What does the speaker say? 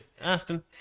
Aston